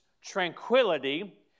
tranquility